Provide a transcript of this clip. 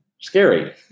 scary